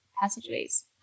passageways